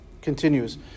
Continues